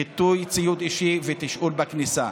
חיטוי ציוד אישי ותשאול בכניסה.